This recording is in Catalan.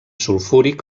sulfúric